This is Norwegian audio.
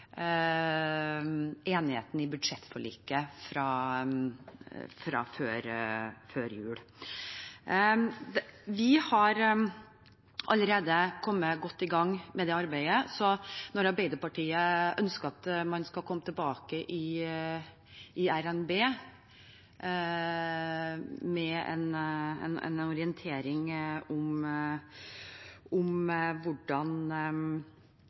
enigheten i budsjettforliket fra før jul. Vi har allerede kommet godt i gang med det arbeidet, så når Arbeiderpartiet ønsker at man skal komme tilbake i RNB med en orientering om arbeidet, og komme tilbake til Stortinget, kan jeg allerede nå melde om